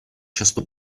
často